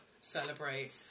celebrate